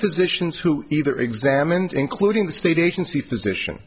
physicians who either examined including the state agency physician